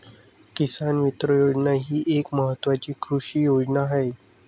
किसान मित्र योजना ही एक महत्वाची कृषी योजना आहे